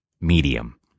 medium